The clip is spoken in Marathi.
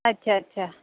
अच्छा अच्छा